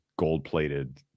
gold-plated